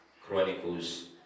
Chronicles